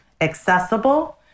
accessible